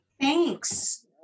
Thanks